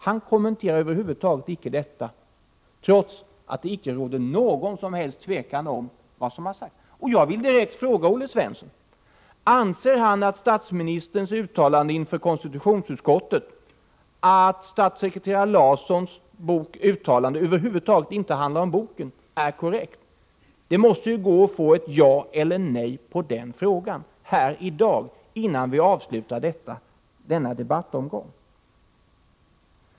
Han kommenterar över huvud taget icke statsministerns uttalande, trots att det icke råder något som helst tvivel om vad som har sagts. Jag vill direkt fråga utskottets ordförande: Anser Olle Svensson att statsministerns uppgift inför konstitutionsutskottet att statssekreterare Larssons uttalande över huvud taget inte handlar om Charlie Nordbloms bok är korrekt? Det måste gå att här i dag, innan vi avslutar denna debattomgång, få ett ja eller ett nej på den frågan.